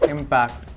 Impact